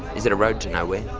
is it a road to nowhere?